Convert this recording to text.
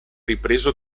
ripreso